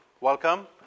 welcome